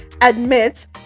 admits